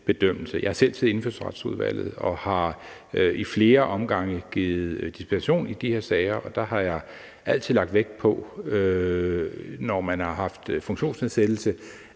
bedømmelse. Jeg har selv siddet i Indfødsretsudvalget og har i flere omgange givet dispensation i de her sager, og der har jeg altid lagt vægt på, når nogen har funktionsnedsættelse,